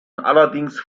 allerdings